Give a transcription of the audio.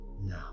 Now